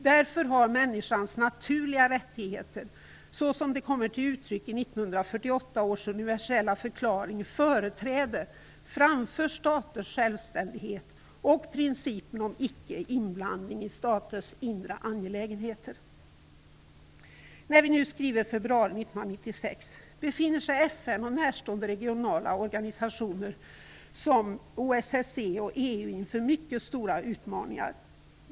Därför har människans naturliga rättigheter såsom de kommer till uttryck i När vi nu skriver februari 1996 står FN och sådana närstående regionala organisationer som OSSE och EU inför mycket stora utmaningar.